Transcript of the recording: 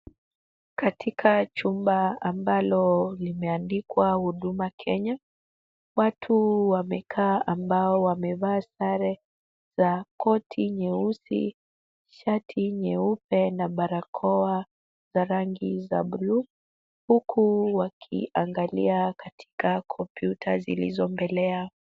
Katika chumba ambalo limeandikwa Huduma Kenya watu wamekaa ambao wamevaa sare za koti nyeusi, shati nyeupe na barakoa za rangi za bluu huku wakiangalia katika kompyuta zilizo mbele yao.